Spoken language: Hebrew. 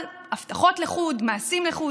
אבל הבטחות לחוד ומעשים לחוד.